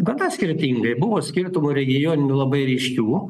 gana skirtingai buvo skirtumų regioninių labai ryškių